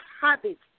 habits